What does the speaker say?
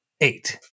eight